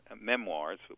memoirs